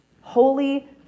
holy